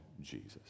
Jesus